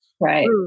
Right